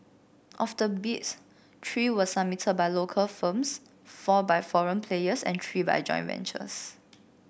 of the bids three were submitted by local firms four by foreign players and three by joint ventures